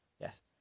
Yes